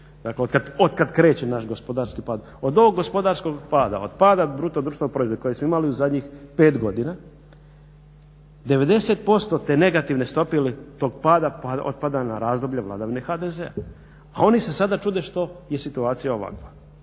dakle otkada kreće naš gospodarski pad. Od ovog gospodarskog pada, od pada bruto društvenog proizvoda koji smo imali u zadnjih 5 godina 90% te negativne stope ili toga pada otpada na razdoblje vladavine HDZ-a a oni se sada čude što je situacija ovakva.